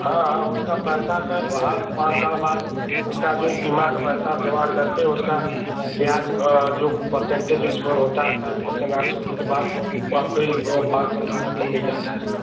हाँ हाँ उसका पैसा सर हर पाँच साल बाद उसका जो बीमा का पैसा आप जमा करते हैं उसका ब्याज जो परसेन्टेज जो इस पर होता है सात परसेन्ट आठ के बाद वह आपको एक पाँच साल बाद आपको मिल जाता है सर